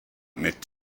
mitt